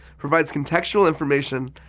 provides contextual information,